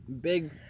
big